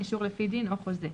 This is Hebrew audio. אישור לפי דין או חוזה,